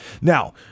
Now